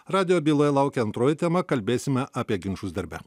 radijo byloj laukia antroji tema kalbėsime apie ginčus darbe